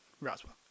Roswell